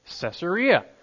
Caesarea